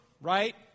right